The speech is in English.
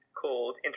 called